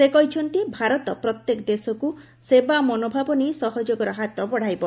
ସେ କହିଛନ୍ତି ଭାରତ ପ୍ରତ୍ୟେକ ଦେଶକୁ ସେବା ମନୋଭାବ ନେଇ ସହଯୋଗର ହାତ ବଢ଼ାଇବ